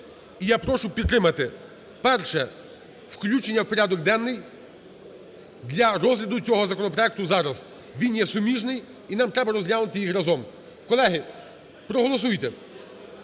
і я прошу підтримати - перше – включення в порядок денний для розгляду цього законопроекту зараз. Він є суміжний, і нам треба розглянути їх разом. Колеги, проголосуйте.